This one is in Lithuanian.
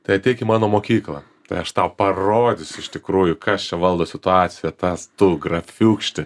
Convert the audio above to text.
tai ateik į mano mokyklą tai aš tau parodysiu iš tikrųjų kas čia valdo situaciją tas tu grafiūkšti